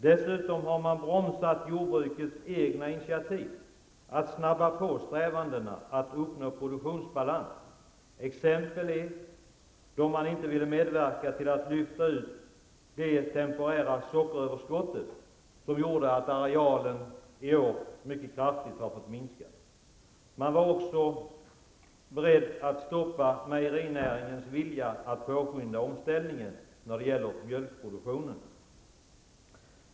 Dessutom har man bromsat jordbrukets egna initiativ att snabba på strävandena att uppnå produktionsbalans, exempelvis då man inte ville medverka till att lyfta ut det temporära sockeröverskottet, vilket medfört att arealen i år har måst minskas mycket kraftigt. Man var också beredd att stoppa mejerinäringens vilja att påskynda omställningen när det gäller mjölkproduktionen.